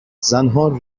زنها